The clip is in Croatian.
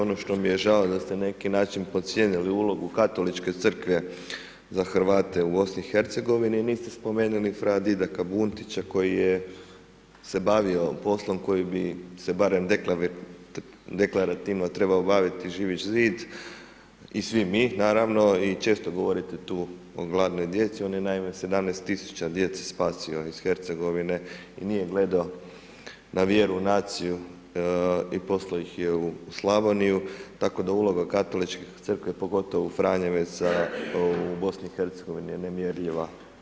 Ono što mi je žao da ste na neki način podcijenili ulogu katoličke Crkve za Hrvate u BiH i niste spomenuli fra Didaka Bundića koji je se bacio poslom koji bi se barem deklarativno trebao baviti Živi zid i svi mi, naravno i često govorite tu o gladnoj djeci, on je naime, 17 000 djece spasio iz Hercegovine i nije gledao na vjeru, naciju i poslao ih je u Slavoniju, tako da uloga katoličke Crkve, pogotovo u franjevaca u BiH je nemjerljiva.